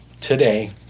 today